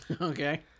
Okay